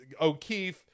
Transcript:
O'Keefe